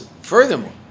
furthermore